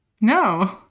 No